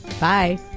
Bye